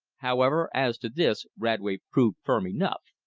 however, as to this radway proved firm enough.